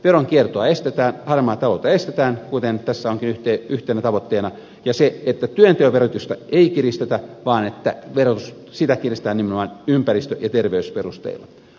veronkiertoa estetään harmaata taloutta estetään kuten tässä onkin yhtenä tavoitteena ja työnteon verotusta ei kiristetä vaan verotusta kiristetään nimenomaan ympäristö ja terveysperusteilla